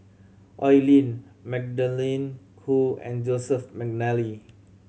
Oi Lin Magdalene Khoo and Joseph McNally